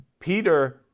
Peter